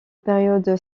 période